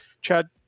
Chad